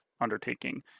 undertaking